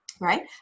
right